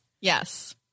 Yes